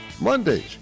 Mondays